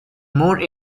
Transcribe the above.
more